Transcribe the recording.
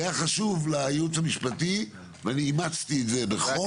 והיה חשוב לייעוץ המשפטי ואני אימצתי את זה בחום,